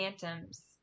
phantoms